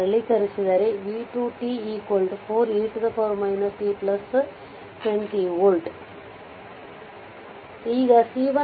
ಸರಳೀಕರಿಸಿದರೆ v2 4e t 20 volt ಈಗ C1